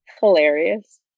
hilarious